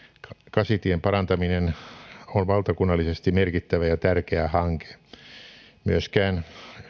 kasitien parantaminen on valtakunnallisesti merkittävä ja tärkeä hanke myöskään